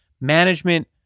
management